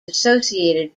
associated